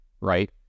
right